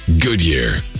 goodyear